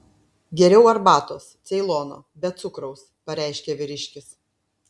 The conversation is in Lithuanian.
geriau arbatos ceilono be cukraus pareiškė vyriškis